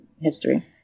history